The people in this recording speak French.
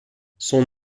son